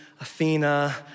Athena